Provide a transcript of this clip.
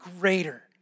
greater